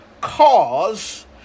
cause